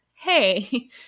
hey